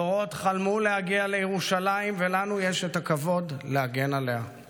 "דורות חלמו להגיע לירושלים ולנו יש את הכבוד להגן עליה";